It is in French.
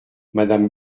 madame